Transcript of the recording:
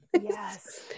Yes